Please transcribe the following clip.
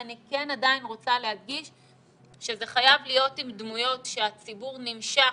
ואני כן עדיין רוצה להדגיש שזה חייב להיות עם דמויות שהציבור נמשך,